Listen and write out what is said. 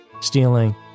stealing